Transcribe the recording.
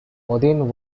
odin